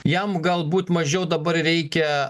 jam galbūt mažiau dabar reikia